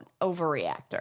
overreactor